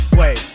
wait